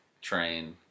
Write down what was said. train